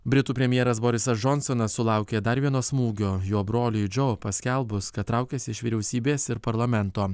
britų premjeras borisas džonsonas sulaukė dar vieno smūgio jo broliui džo paskelbus kad traukiasi iš vyriausybės ir parlamento